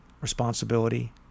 responsibility